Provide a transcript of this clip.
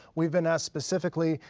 we've been asked specifically,